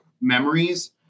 memories